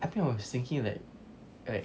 I think I was thinking that like